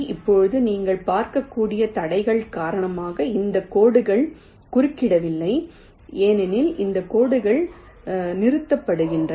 இப்போது நீங்கள் பார்க்கக்கூடிய தடைகள் காரணமாக இந்த கோடுகள் குறுக்கிடவில்லை ஏனெனில் இந்த கோடுகள் நிறுத்தப்படுகின்றன